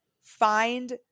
find